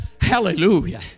Hallelujah